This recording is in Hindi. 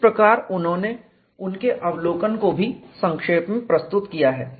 इस प्रकार उन्होंने उनके अवलोकन को भी संक्षेप में प्रस्तुत किया है